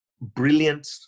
brilliant